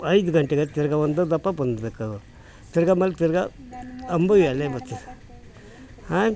ಐದು ಗಂಟೆಗೆ ತಿರ್ಗಿ ಒಂದು ದಪ ತಿರ್ಗಿ ಆಮೇಲೆ ತಿರ್ಗಿ ಅಂಬು ಎಲೆ ಬತ್ತೆ ಹಾಂ